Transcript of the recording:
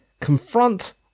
confront